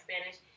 Spanish